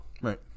right